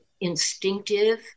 instinctive